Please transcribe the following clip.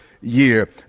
Year